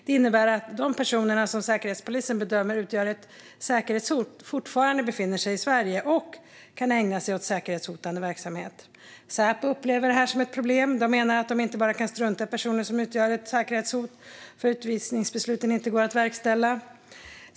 Det innebär att personer som Säkerhetspolisen bedömer utgör ett säkerhetshot fortfarande befinner sig i Sverige och kan ägna sig åt säkerhetshotande verksamhet. Säpo upplever detta som ett problem - de menar att de inte bara kan strunta i personer som utgör ett säkerhetshot för att utvisningsbesluten inte går att verkställa.